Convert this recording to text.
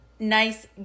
nice